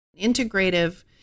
integrative